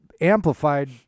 amplified